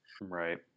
Right